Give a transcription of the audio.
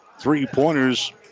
Three-pointers